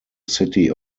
city